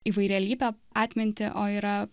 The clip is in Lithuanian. įvairialypę atmintį o yra